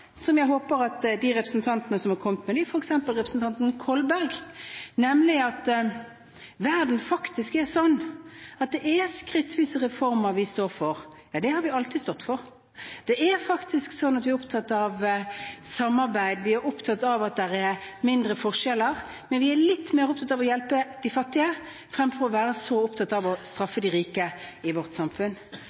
som jeg håper at de representantene som er kommet med dem, f.eks. representanten Kolberg, vil se at verden faktisk er sånn at det er skrittvise reformer vi står for. Ja, det har vi alltid stått for. Det er faktisk sånn at vi er opptatt av samarbeid, vi er opptatt av at det er mindre forskjeller. Men vi er litt mer opptatt av å hjelpe de fattige fremfor å være så opptatt av å straffe de rike i vårt samfunn.